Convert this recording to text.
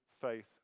faith